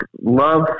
love